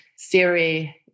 Siri